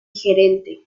gerente